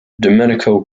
domenico